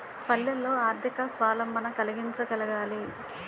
పల్లెల్లో ఆర్థిక స్వావలంబన కలిగించగలగాలి